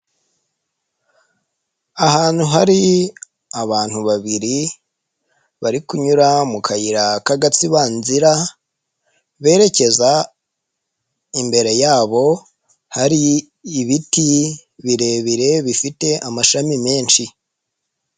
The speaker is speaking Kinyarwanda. Ahantu hari abantu babiri bari kunyura mu kayira k'agatsibanzira, berekeza imbere yabo hari ibiti birebire bifite amashami menshi.